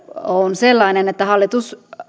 on sellainen että